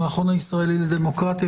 המכון הישראלי לדמוקרטיה,